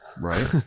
Right